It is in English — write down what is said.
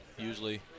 Usually